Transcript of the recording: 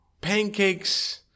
pancakes—